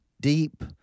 deep